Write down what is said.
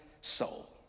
soul